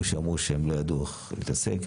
נאמר שהם לא ידעו איך לטפל בזה.